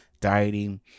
dieting